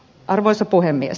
arvoisa puhemies